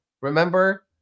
Remember